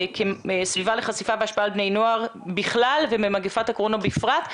סביבה לחשיפה והשפעה על בני נוער בכלל וממגפת הקורונה בפרט,